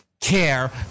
care